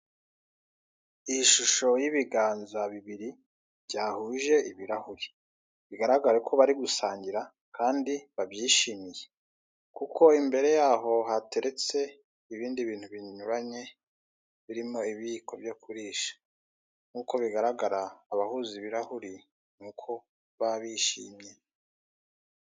Ishusho y'ibiganza bibiri byahuje ibirahure, bigagare ko bari gusangira kandi babyishimiye, kuko imbere yaho hateretse ibindi bintu binyurange birimo ibiyiko byo kurisha, nk'uko bigaragara abahuza ibirahuri ni uko baba bishimye.